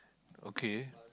okay